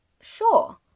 Sure